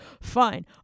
fine